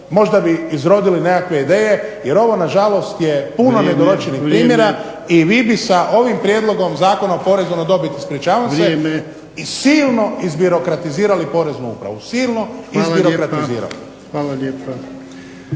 Možda bi izrodili nekakve ideje jer ovo nažalost je puno nedovršenih primjera i vi bi sa ovim prijedlogom Zakona o porezu na dobit, ispričavam se, silno izbirokratizirali Poreznu upravu. Silno izbirokratizirali. **Jarnjak,